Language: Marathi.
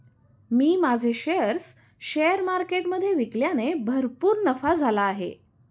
मी माझे शेअर्स शेअर मार्केटमधे विकल्याने भरपूर नफा झाला आहे